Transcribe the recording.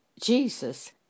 Jesus